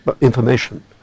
information